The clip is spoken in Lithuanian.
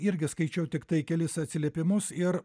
irgi skaičiau tiktai kelis atsiliepimus ir